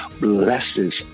blesses